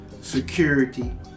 security